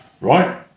Right